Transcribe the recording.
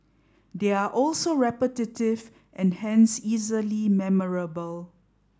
they are also repetitive and hence easily memorable